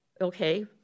Okay